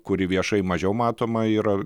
kuri viešai mažiau matoma yra